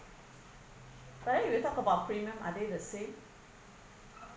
eh when you talk about premium are they the same